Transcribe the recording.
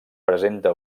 presenta